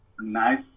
nice